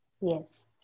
Yes